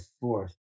fourth